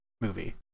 movie